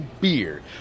beer